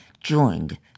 joined